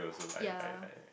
yeah